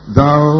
thou